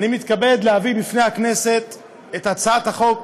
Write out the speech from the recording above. אני מתכבד להביא בפני הכנסת הצעת חוק